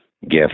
gift